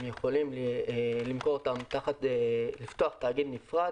הם יכולים לפתוח תאגיד נפרד,